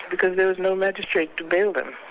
because there is no magistrate to bail them.